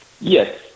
Yes